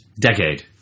Decade